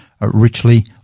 richly